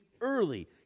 early